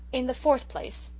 in the fourth place,